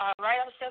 right